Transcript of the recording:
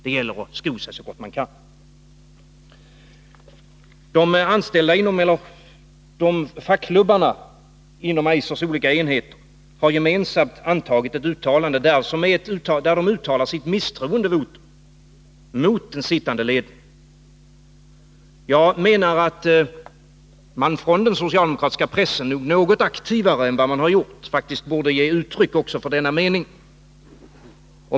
Det gäller att sko sig så gott man kan. Fackklubbarna inom Eisers olika enheter har gemensamt antagit ett uttalande där de ger uttryck för sitt misstroende mot den sittande ledningen. Jag menar att den socialdemokratiska pressen något aktivare än den har gjort borde ha givit uttryck för denna mening.